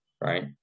right